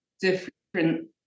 different